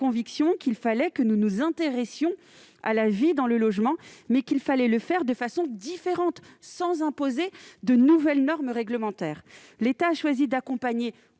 conviction que nous devions nous intéresser à la vie dans les logements, mais qu'il fallait le faire de façon différente, sans imposer de nouvelles normes réglementaires. L'État a choisi d'accompagner